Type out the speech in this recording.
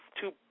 two